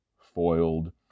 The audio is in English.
foiled